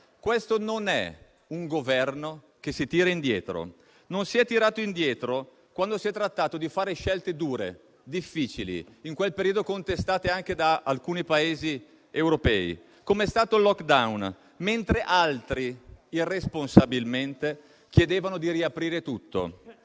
questo non è un Governo che si tira indietro. Non si è tirato indietro quando si è trattato di fare scelte dure, difficili, in quel periodo contestate anche da alcuni Paesi europei, come è stato il *lockdown*, mentre altri irresponsabilmente chiedevano di riaprire tutto.